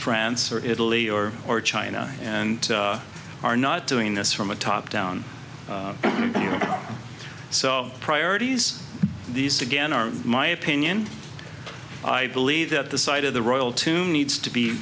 france or italy or or china and are not doing this from a top down so priorities these again are my opinion i believe that the side of the royal two needs to be